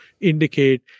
indicate